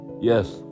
yes